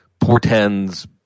portends